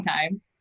time